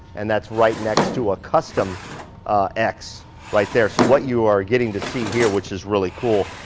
and that's right next to a custom x right there. so what you are getting to see here which is really cool,